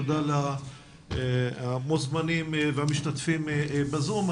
תודה למוזמנים והמשתתפים ב-זום.